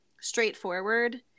straightforward